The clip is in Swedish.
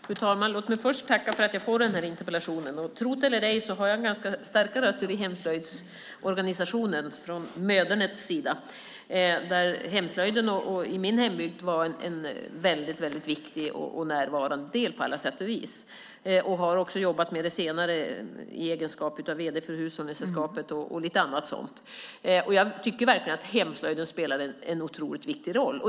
Fru talman! Låt mig först tacka för att jag har fått interpellationen. Och tro det eller ej, men jag har ganska starka rötter i hemslöjdstraditionen på mödernet. Hemslöjden var i min hembygd en väldigt viktig och närvarande del på alla sätt. Jag har också jobbat med det senare i egenskap av vd för Hushållningssällskapet och lite annat sådant. Jag tycker verkligen att hemslöjden spelar en otroligt viktig roll.